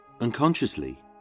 Unconsciously